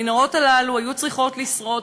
המנהרות הללו היו צריכות לשרוד,